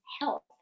health